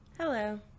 Hello